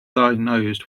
diagnosed